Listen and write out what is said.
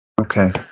Okay